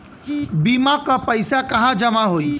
बीमा क पैसा कहाँ जमा होई?